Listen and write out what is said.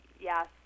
yes